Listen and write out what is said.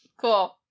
Cool